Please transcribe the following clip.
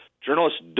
journalists